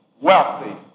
wealthy